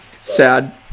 Sad